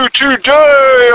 today